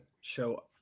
show